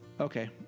Okay